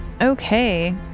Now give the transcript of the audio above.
Okay